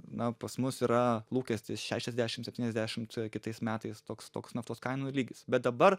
na pas mus yra lūkestis šešiasdešim septyniasdešimt kitais metais toks toks naftos kainų lygis bet dabar